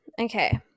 okay